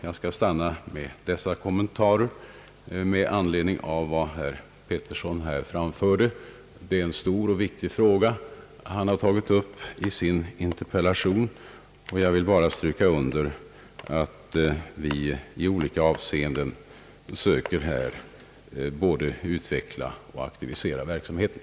Jag skall stanna vid dessa kommentarer med anledning av vad herr Pettersson framfört. Den fråga han tog upp i sin interpellation är stor och viktig, och jag vill bara stryka under att vi i olika avseenden söker både utveckla och aktivisera verksamheten.